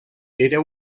era